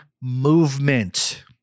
movement